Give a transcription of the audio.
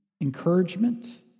encouragement